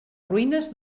ruïnes